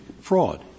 fraud